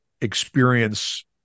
experience